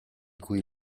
cui